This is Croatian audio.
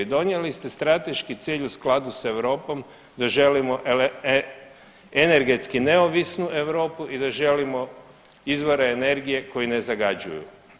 Donijeli ste strateški cilj u skladu s Europom da želimo energetski neovisnu Europu i da želimo izvore energije koji ne zagađuju.